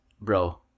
Bro